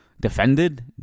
Defended